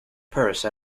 purse